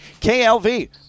KLV